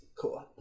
cool